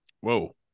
Whoa